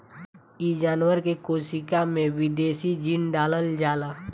इ जानवर के कोशिका में विदेशी जीन डालल जाला